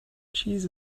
cheese